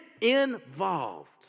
involved